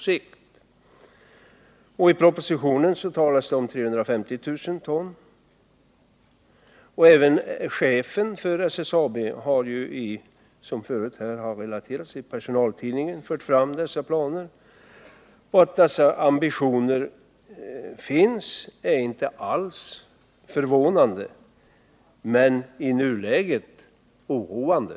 I propositionen talas det om 350 000 ton. Även chefen för SSAB har, som tidigare här har relaterats, i personaltidningen fört fram dessa planer. Att de ambitionerna finns är inte alls förvånande men i nuläget oroande.